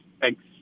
Thanks